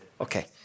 Okay